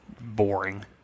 boring